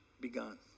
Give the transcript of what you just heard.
begun